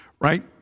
right